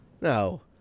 No